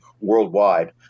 worldwide